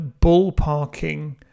ballparking